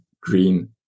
green